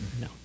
No